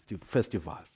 festivals